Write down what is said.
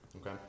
okay